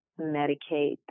Medicaid